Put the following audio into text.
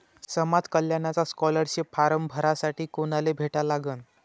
समाज कल्याणचा scholarship form भरासाठी कुनाले भेटा लागन?